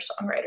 songwriter